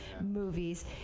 movies